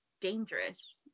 dangerous